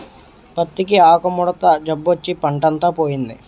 పత్తికి ఆకుముడత జబ్బొచ్చి పంటంతా పోయింది